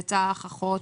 צאצא של אח/אחות,